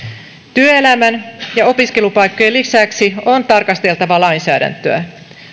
työelämän ja opiskelupaikkojen lisäksi on tarkasteltava lainsäädäntöä